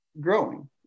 growing